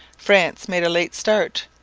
france made a late start,